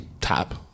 tap